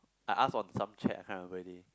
I ask on some chat I can't remember already